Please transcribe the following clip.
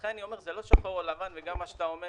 לכן אני אומר שזה לא שחור או לבן וגם מה שאתה אומר